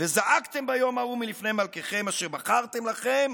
"וזעקתם ביום ההוא מלפני מלככם אשר בחרתם לכם.